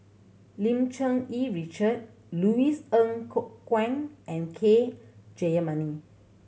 Lim Cherng Yih Richard Louis Ng Kok Kwang and K Jayamani